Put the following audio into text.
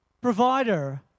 Provider